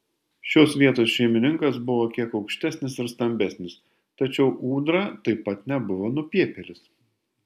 šios vietos šeimininkas buvo kiek aukštesnis ir stambesnis tačiau ūdra taip pat nebuvo nupiepėlis